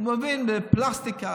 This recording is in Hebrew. הוא מבין בפלסטיקה,